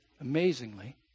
amazingly